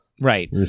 right